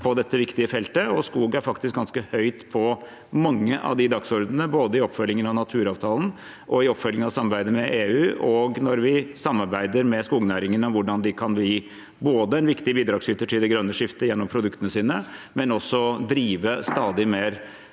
på dette viktige feltet. Skog er faktisk ganske høyt oppe på mange av dagsordenene, både i oppfølgingen av naturavtalen og samarbeidet med EU og når vi samarbeider med skognæringen om hvordan de kan bli en viktig bidragsyter til det grønne skiftet gjennom produktene sine, og også drive stadig mer